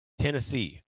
Tennessee